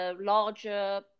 larger